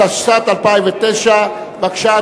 התשס"ט 2009. בבקשה,